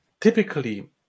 Typically